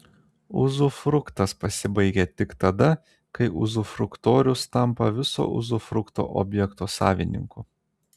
uzufruktas pasibaigia tik tada kai uzufruktorius tampa viso uzufrukto objekto savininku